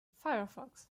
firefox